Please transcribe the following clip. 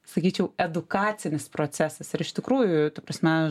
sakyčiau edukacinis procesas ir iš tikrųjų ta prasme